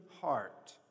heart